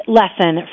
lesson